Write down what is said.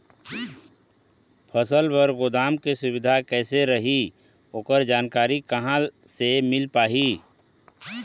फसल बर गोदाम के सुविधा कैसे रही ओकर जानकारी कहा से मिल पाही?